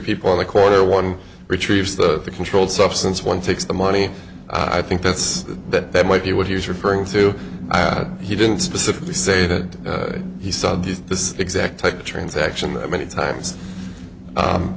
people in the corner one retrieves the controlled substance one takes the money i think that's that that might be what he was referring to he didn't specifically say that he saw this exact type of transaction that many times